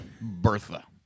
Bertha